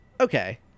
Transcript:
Okay